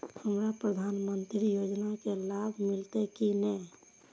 हमरा प्रधानमंत्री योजना के लाभ मिलते की ने?